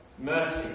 Mercy